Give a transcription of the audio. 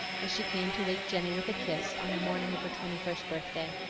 as she came to wake jenny with a kiss on the morning of her twenty-first birthday.